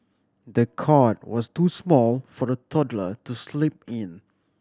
the cot was too small for the toddler to sleep in